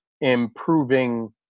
improving